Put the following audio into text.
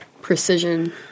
precision